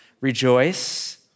Rejoice